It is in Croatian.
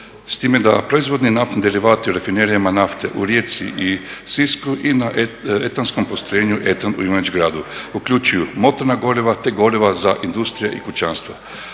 s time da proizvodni naftni derivati u rafinerijama nafte u Rijeci i Sisku i na etanskom postrojenju etan u Ivanić Gradu. Uključuju motorna goriva te goriva za industrije i kućanstva.